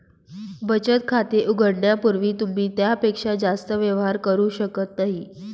बचत खाते उघडण्यापूर्वी तुम्ही त्यापेक्षा जास्त व्यवहार करू शकत नाही